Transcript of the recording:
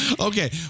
Okay